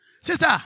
Sister